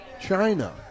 China